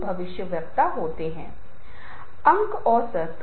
अब आप देखते हैं कि अब हम जो कर रहे हैं वह संस्कृति और दर्शक हैं